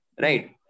Right